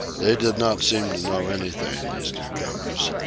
they did not seem to know anything, these newcomers.